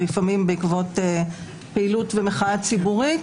לפעמים בעקבות פעילות ומחאה ציבורית,